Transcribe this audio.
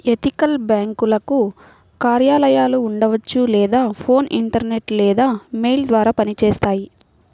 ethical బ్యేంకులకు కార్యాలయాలు ఉండవచ్చు లేదా ఫోన్, ఇంటర్నెట్ లేదా మెయిల్ ద్వారా పనిచేస్తాయి